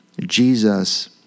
Jesus